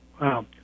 Wow